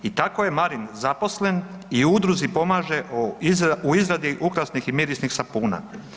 I tako je Marin zaposlen i u udruzi pomaže u izradi ukrasnih i mirisnih sapuna.